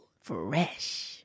Fresh